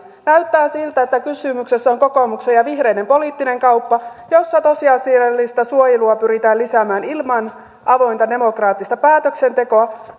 näyttää siltä että kysymyksessä on kokoomuksen ja vihreiden poliittinen kauppa jossa tosiasiallista suojelua pyritään lisäämään ilman avointa demokraattista päätöksentekoa